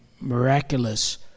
miraculous